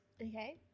Okay